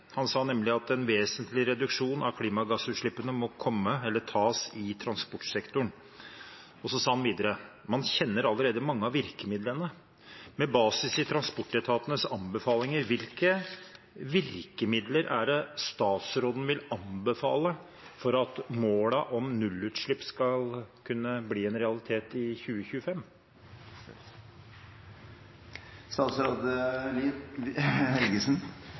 han var innom. Han sa nemlig at en vesentlig reduksjon av klimagassutslippene må komme eller tas i transportsektoren. Og så sa han videre: Man kjenner allerede mange av virkemidlene. Med basis i transportetatenes anbefalinger, hvilke virkemidler er det statsråden vil anbefale for at målene om nullutslipp skal kunne bli en realitet i 2025? Statsråd Lien – Helgesen